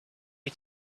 eat